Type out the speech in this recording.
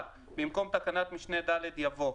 במקום תקנת משנה (ד) יבוא: